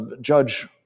Judge